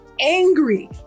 angry